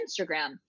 Instagram